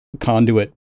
conduit